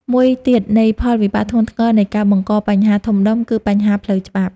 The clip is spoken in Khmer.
មួយទៀតនៃផលវិបាកធ្ងន់ធ្ងរនៃការបង្កបញ្ហាធំដុំ គឺបញ្ហាផ្លូវច្បាប់។